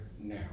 now